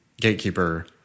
gatekeeper